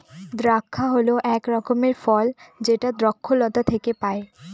দ্রাক্ষা হল এক রকমের ফল যেটা দ্রক্ষলতা থেকে পায়